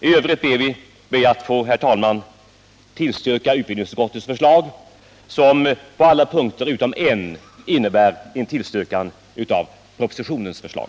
I övrigt ber jag, herr talman, att få tillstyrka utbildningsutskottets förslag, som på alla punkter utom en innebär ett tillstyrkande av propositionens förslag.